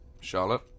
Charlotte